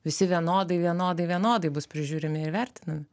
visi vienodai vienodai vienodai bus prižiūrimi ir vertinami